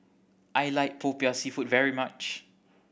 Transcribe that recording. I like Popiah Seafood very much